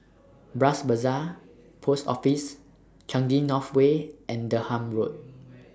Bras Basah Post Office Changi North Way and Durham Road